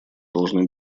должны